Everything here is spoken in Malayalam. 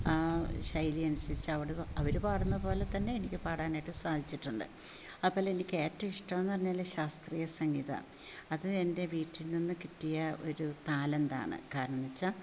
ആ ശൈലി അനുസരിച്ചവട് അവർ പാടുന്ന പോലെ തന്നെ എനിക്ക് പാടാനായിട്ട് സാധിച്ചിട്ടുണ്ട് അതിൽ എനിക്ക് ഏറ്റവും ഇഷ്ടമെന്ന് പറഞ്ഞാൽ ശാസ്ത്രീയ സംഗീതാണ് അത് എൻ്റെ വീട്ടിൽ നിന്ന് കിട്ടിയ ഒരു താലന്ത് ആണ് കാരണച്ചാ